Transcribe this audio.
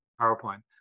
PowerPoint